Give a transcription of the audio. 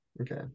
Okay